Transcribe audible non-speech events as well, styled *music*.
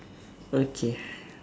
okay *breath*